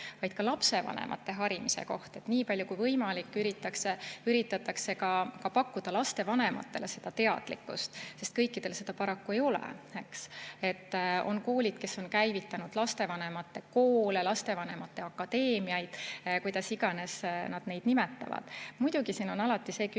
vaid ka lapsevanemate harimise koht. Nii palju kui võimalik üritatakse pakkuda ka lapsevanematele teadlikkust, sest kõikidel seda paraku ei ole. On koolid, kes on käivitanud lapsevanemate koole, lapsevanemate akadeemiaid, kuidas iganes nad neid nimetavad. Muidugi, siin on alati see